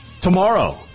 Tomorrow